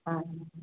हा